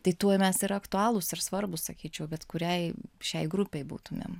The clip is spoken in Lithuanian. tai tuo mes ir aktualūs ir svarbūs sakyčiau bet kuriai šiai grupei būtumėm